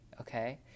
okay